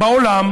בעולם